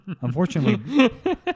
Unfortunately